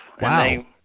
Wow